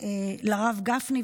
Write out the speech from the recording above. לרב גפני,